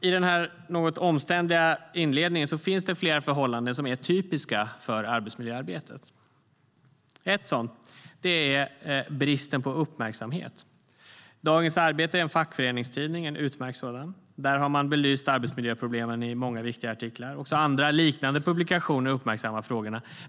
I den här något omständliga inledningen finns det flera förhållanden som är typiska för arbetsmiljöarbetet. Ett sådant är bristen på uppmärksamhet. Dagens Arbete är en fackföreningstidning - en utmärkt sådan - som har belyst arbetsmiljöproblemen i många viktiga artiklar. Också andra, liknande publikationer, uppmärksammar frågorna.